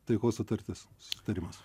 taikos sutartis susitarimas